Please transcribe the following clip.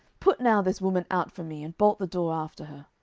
put now this woman out from me, and bolt the door after her.